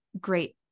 great